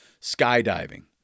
skydiving